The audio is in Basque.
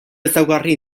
ezaugarri